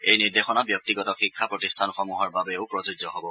এই নিৰ্দেশনা ব্যক্তিগত শিক্ষা প্ৰতিষ্ঠানসমূহৰ বাবেও প্ৰযোজ্য হ'ব